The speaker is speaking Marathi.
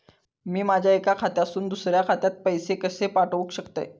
मी माझ्या एक्या खात्यासून दुसऱ्या खात्यात पैसे कशे पाठउक शकतय?